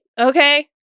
okay